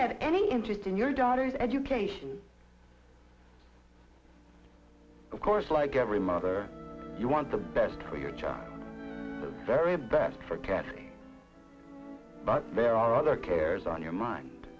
have any interest in your daughter's education of course like every mother you want the best for your child very best for katherine but there are other cares on your mind